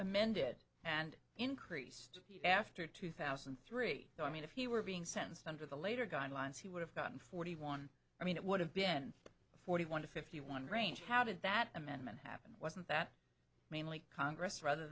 amended and increased after two thousand and three so i mean if he were being sentenced under the later guidelines he would have gotten forty one i mean it would have been a forty one to fifty one range how did that amendment happen wasn't that mainly congress rather